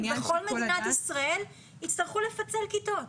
בכל מדינת ישראל יצטרכו לפצל כיתות.